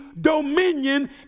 dominion